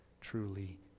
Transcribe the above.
truly